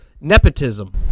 nepotism